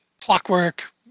clockwork